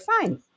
fine